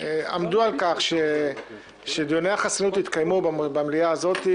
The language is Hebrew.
עמדו על כך שדיוני החסינות יתקיימו במליאה הזאת,